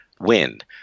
wind